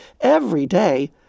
everyday